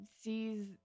sees